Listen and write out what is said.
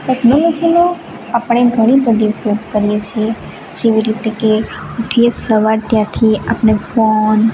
ટેક્નોલોજીનો આપણે ઘણી રીતે ઉપયોગ કરીએ છીએ જેવી રીતે કે ઊઠીએ સવાર ત્યાંથી આપણે ફોન